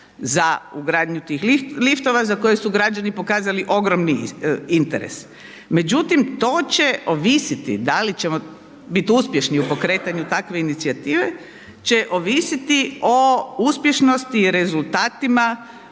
za ugradnju tih liftova za koje su građani pokazali ogromni interes. Međutim to će ovisiti da li ćemo bit uspješni u pokretanju takve inicijative će ovisiti o uspješnosti i rezultatima